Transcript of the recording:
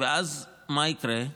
ואז מה יקרה?